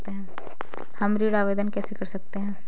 हम ऋण आवेदन कैसे कर सकते हैं?